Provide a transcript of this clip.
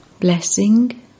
Blessing